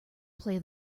play